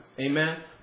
Amen